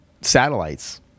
satellites